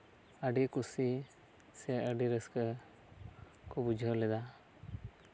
ᱟᱹᱰᱤ ᱠᱩᱥᱤ ᱥᱮ ᱟᱹᱰᱤ ᱨᱟᱹᱥᱠᱟᱹ ᱠᱚ ᱵᱩᱡᱷᱟᱹᱣ ᱞᱮᱫᱟ